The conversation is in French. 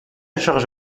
charge